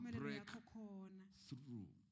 breakthrough